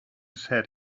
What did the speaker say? said